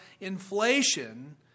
inflation